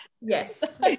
Yes